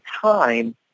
time